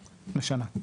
לשנה.